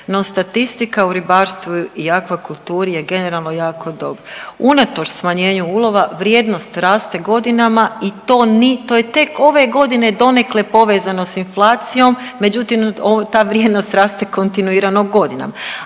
statistika u ribarstvu i akvakulturi je generalno jako dobra. Unatoč smanjenju ulova vrijednost raste godinama i to je tek ove godine donekle povezano s inflacijom, međutim ta vrijednost raste kontinuirano godinama.